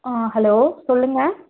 ஆ hello சொல்லுங்க